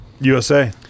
usa